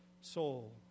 soul